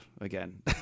again